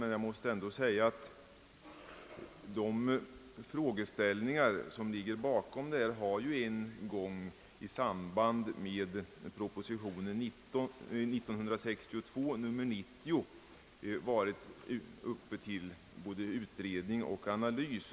Men jag måste ändå säga att de frågeställningar som ligger bakom detta har en gång i samband med behandlingen av proposition 1962:90 varit uppe både till utredning och analys.